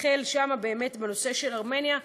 החל שם, באמת, בנושא של ארמניה.